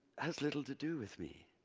has little to do with me.